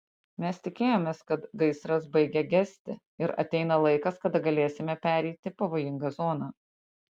mes tikėjomės kad gaisras baigia gesti ir ateina laikas kada galėsime pereiti pavojingą zoną